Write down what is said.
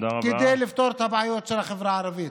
כדי לפתור את הבעיות של החברה הערבית.